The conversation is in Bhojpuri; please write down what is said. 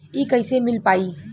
इ कईसे मिल पाई?